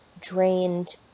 drained